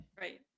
Right